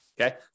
okay